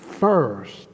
First